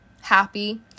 happy